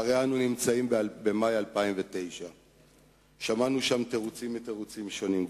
והרי אנו במאי 2009. שמענו שם תירוצים מתירוצים שונים,